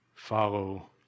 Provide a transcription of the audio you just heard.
Follow